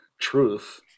truth